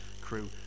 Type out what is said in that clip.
crew